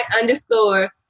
underscore